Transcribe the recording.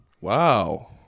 wow